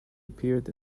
appeared